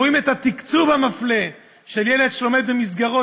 רואים את התקצוב המפלה של ילד שלומד במסגרות